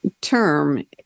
term